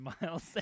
Miles